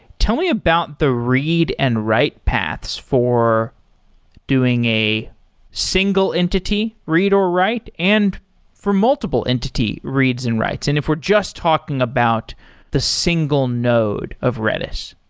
tell me about the read and write paths for doing a single entity read or write and for multiple entity reads and writes and if we're just talking about the single node of redis.